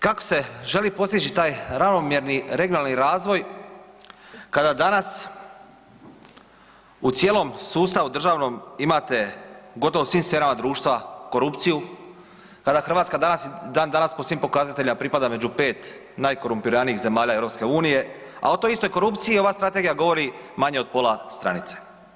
Kako se želi postić taj ravnomjerni regionalni razvoj kada danas u cijelom sustavu državnom imate gotovo u svim sferama društva korupciju, kada Hrvatska i dan danas po svim pokazateljima pripada među 5 najkorumpiranijih zemalja EU, a o toj istoj korupciji ova strategija govori manje od pola stranice?